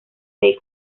seis